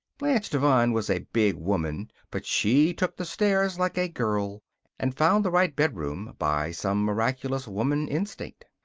blanche devine was a big woman, but she took the stairs like a girl and found the right bedroom by some miraculous woman instinct.